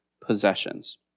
possessions